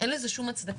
אין לזה שום הצדקה.